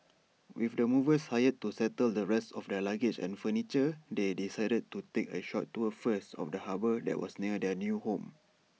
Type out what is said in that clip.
with the movers hired to settle the rest of their luggage and furniture they decided to take A short tour first of the harbour that was near their new home